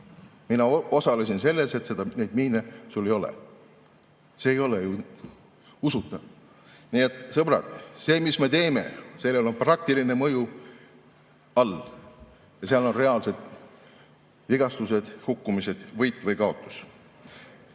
mina osalesin selles, et neid miine sul ei oleks"? See ei ole ju usutav. Nii et, sõbrad, sellel, mis me teeme, on praktiline mõju ja seal on taga reaalsed vigastused ja hukkumised, võit või kaotus.